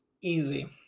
Easy